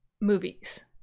movies